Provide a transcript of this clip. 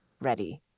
ready